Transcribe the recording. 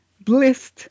bliss